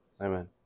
Amen